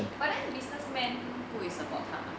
but then businessman who will support 他